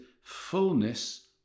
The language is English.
fullness